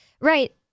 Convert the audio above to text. right